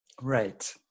Right